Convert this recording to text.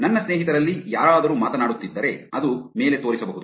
ನನ್ನ ಸ್ನೇಹಿತರಲ್ಲಿ ಯಾರಾದರೂ ಮಾತನಾಡುತ್ತಿದ್ದರೆ ಅದು ಮೇಲೆ ತೋರಿಸಬಹುದು